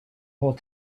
whole